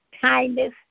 kindness